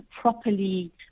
properly